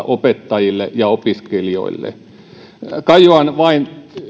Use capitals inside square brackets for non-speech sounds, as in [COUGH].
[UNINTELLIGIBLE] opettajille ja opiskelijoille kajoan vain